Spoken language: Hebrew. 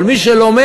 אבל מי שלומד,